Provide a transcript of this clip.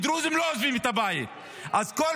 כי דרוזים לא עוזבים את הבית.